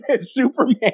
Superman